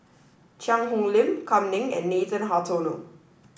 Cheang Hong Lim Kam Ning and Nathan Hartono